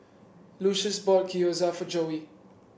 Lucious bought Gyoza for Joey